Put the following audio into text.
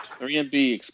3MB